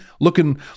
looking